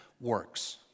works